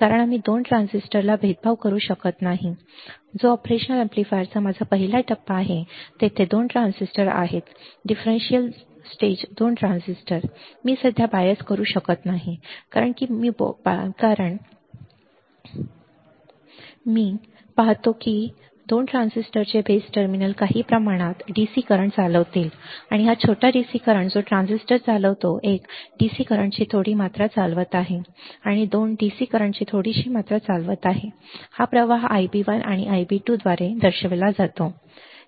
कारण आम्ही 2 ट्रान्झिस्टरला भेदभाव करू शकत नाही स्टेज जो ऑपरेशनल अॅम्प्लीफायरचा माझा पहिला टप्पा आहे तेथे 2 ट्रान्झिस्टर आहेत डिफरेंशियल स्टेज 2 ट्रान्झिस्टर मी सध्या बायस करू शकत नाही कारण मी योग्यरित्या बायस करू शकत नाही मी काय पाहतो ते म्हणजे 2 ट्रान्झिस्टरचे बेस टर्मिनल काही प्रमाणात DC करंट चालवतील आणि हा छोटा DC करंट जो ट्रान्झिस्टर चालवितो एक DC करंटची थोडी मात्रा चालवत आहे आणि 2 डीसी करंटची थोडीशी मात्रा चालवत आहे हा प्रवाह Ib1 आणि Ib2 द्वारे दर्शवला जातो ठीक आहे